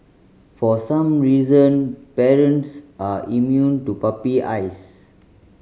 for some reason parents are immune to puppy eyes